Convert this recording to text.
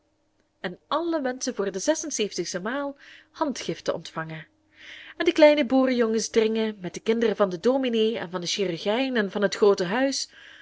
en allen wenschen voor de zesenzeventigste maal handgift te ontvangen en de kleine boerejongens dringen met de kinderen van den dominé en van den chirurgijn en van het groote huis